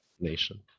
Nation